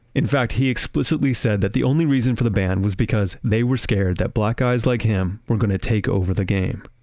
in fact, he explicitly said that the only reason for the ban was because they were scared that black guys like him were going to take over the game.